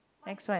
next one